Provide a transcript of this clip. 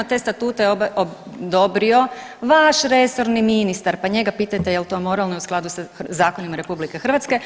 Te statute je odobrio vaš resorni ministar pa njega pitajte jel to moralno i u skladu sa zakonima RH.